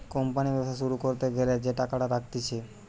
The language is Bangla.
কোম্পানি ব্যবসা শুরু করতে গ্যালা যে টাকাটা রাখতিছে